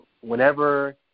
whenever